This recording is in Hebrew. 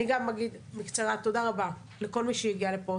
אני גם אגיד בקצרה תודה רבה לכל מי שהגיע לפה.